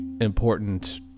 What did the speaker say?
important